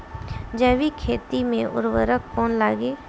जैविक खेती मे उर्वरक कौन लागी?